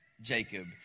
Jacob